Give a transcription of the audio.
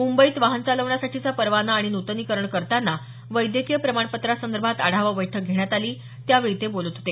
मुंबईत वाहन चालवण्यासाठीचा परवाना आणि नूतनीकरण करताना वैद्यकीय प्रमाणपत्रासंदर्भात आढावा बैठक घेण्यात आली त्यावेळी ते बोलत होते